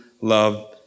love